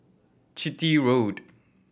Chitty Road